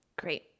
Great